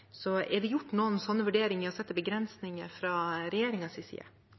Er det gjort noen sånne vurderinger med tanke på å sette begrensninger fra regjeringens side?